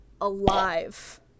alive